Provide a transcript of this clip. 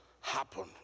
happen